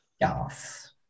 Yes